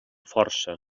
força